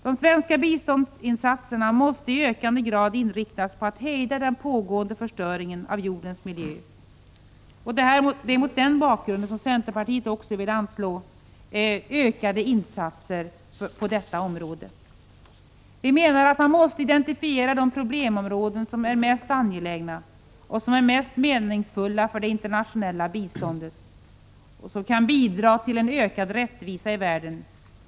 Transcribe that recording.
De svenska biståndsinsatserna måste i ökande grad inriktas på att hejda den pågående förstöringen av jordens miljö. Det är mot denna bakgrund som centerpartiet också vill anslå ökade insatser på detta område. Vi menar att man måste identifiera de problemområden som är mest angelägna och som är mest meningsfulla för det internationella biståndet och som kan bidra till en ökad rättvisa i världen.